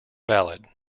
valid